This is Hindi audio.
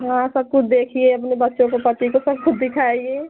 हाँ सब कुछ देखिए अपने बच्चों को पति को सबको दिखाइए